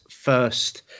first